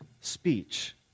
speech